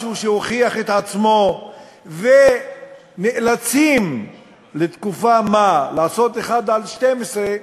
משהו שהוכיח את עצמו ונאלצים לתקופת-מה לעשות 1 חלקי 12,